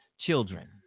children